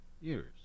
years